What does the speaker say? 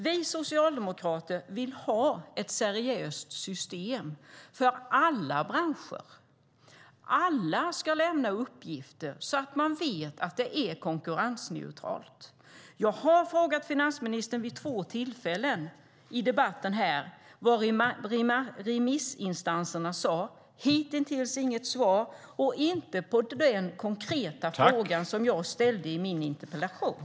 Vi socialdemokrater vill ha ett seriöst system för alla branscher. Alla ska lämna uppgifter så att man vet att det är konkurrensneutralt. Jag har vid två tillfällen i debatten frågat finansministern vad remissinstanserna sade. Hittills har jag inte fått något svar, inte heller på den konkreta fråga som jag ställde i min interpellation.